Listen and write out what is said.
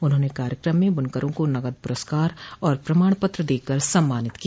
उन्होंने कार्यकम में बुनकरों को नगद पुरस्कार और प्रमाण पत्र देकर सम्मानित किया